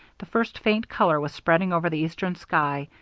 the first faint color was spreading over the eastern sky,